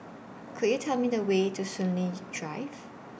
Could YOU Tell Me The Way to Soon Lee Drive